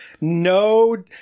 no